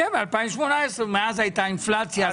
מאז הייתה אינפלציה.